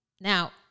Now